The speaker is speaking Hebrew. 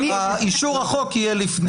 אישור החוק יהיה לפני...